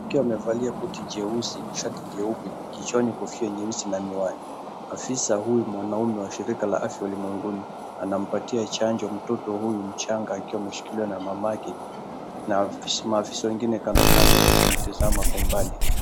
Mtu amevalia koti jeusi na shati jeupe, kichwani kofia nyeusi na miwani. Afisa huyu mwanaume wa shirika la afya ulimwenguni, anampatia chango mtoto huyu mchanga akiwa ameshikiliwa na mamake, maafisa wengine kando kando wakimtazama kwa mbali.